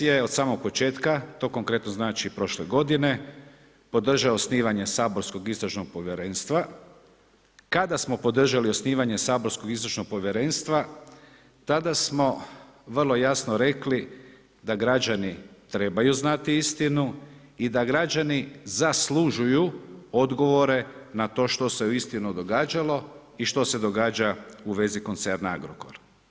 Prva, IDS je od samog početka, to konkretno znači prošle godine, podržao osnivanje Saborskog istražnog povjerenstva, kada smo podržali osnivanje Saborskog istražnog povjerenstva, tada smo vrlo jasno rekli da građani trebaju znati istinu i da građani zaslužuju odgovore na to što se uistinu događalo i što se događa u vezi koncerne Agrokor.